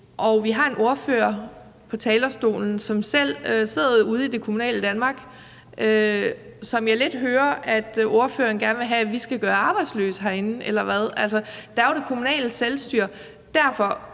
Og vi har en ordfører på talerstolen, der selv sidder ude i det kommunale Danmark, som jeg lidt hører at ordføreren gerne vil have at vi herinde skal gøre arbejdsløse – eller hvad? Altså, der er jo det kommunale selvstyre.